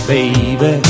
Baby